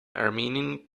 armenian